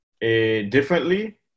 differently